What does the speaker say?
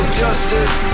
justice